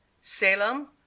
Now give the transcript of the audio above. salem